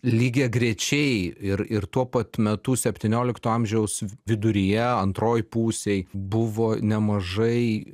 lygiagrečiai ir ir tuo pat metu septyniolikto amžiaus viduryje antroj pusėj buvo nemažai